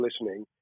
listening